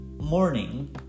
morning